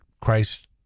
Christ